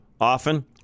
often